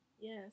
yes